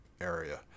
area